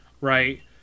right